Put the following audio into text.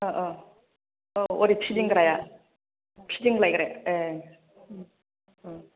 अह अह औ ओरै फिदिंग्राया फिदिंलायग्रा एह ओम अह